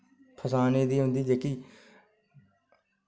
फसाने दी उं'दी जेह्की